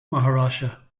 maharashtra